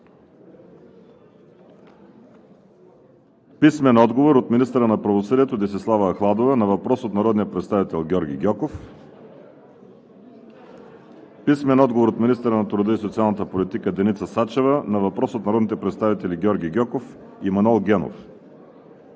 Гьоков; – министъра на правосъдието Десислава Ахладова на въпрос от народния представител Георги Гьоков; – министъра на труда и социалната политика Деница Сачева на въпрос от народните представители Георги Гьоков и Манол Генов;